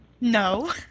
No